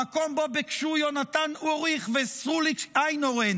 המקום שבו ביקשו יונתן אוריך ושרוליק איינהורן